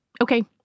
Okay